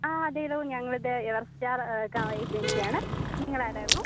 ആ അതേല്ലോ ഞങ്ങളിത് എവെർസ്റ്റാർ ക ഏജൻസിയാണ് നിങ്ങളാരാരുന്നു